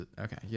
okay